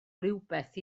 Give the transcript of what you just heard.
rywbeth